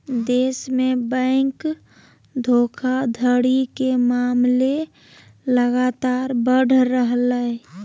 देश में बैंक धोखाधड़ी के मामले लगातार बढ़ रहलय